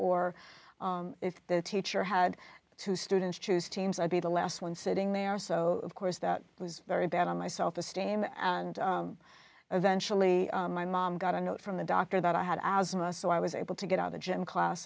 or if the teacher had two students choose teams i'd be the last one sitting there so of course that was very bad on my self esteem and eventually my mom got a note from the doctor that i had asthma so i was able to get out the gym class